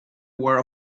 aware